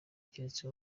keretse